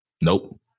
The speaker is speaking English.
Nope